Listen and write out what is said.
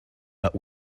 but